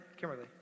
Kimberly